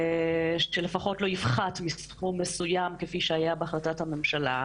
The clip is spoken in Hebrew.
שלפחות לא יפחת מסכום מסוים כפי שהיה בהחלטת הממשלה.